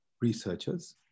researchers